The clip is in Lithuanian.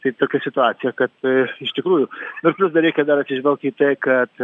tai tokia situacija kad iš tikrųjų ir plius dar reikia dar atsižvelgt į tai kad